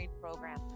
program